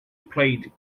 played